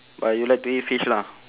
but you like to eat fish lah